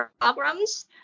programs